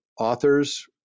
authors